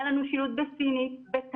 היה לנו שילוט בסינית, בתאית,